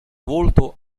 volto